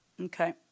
Okay